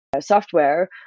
software